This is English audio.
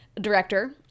director